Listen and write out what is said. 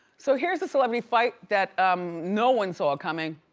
so here's a celebrity fight that um no one saw coming,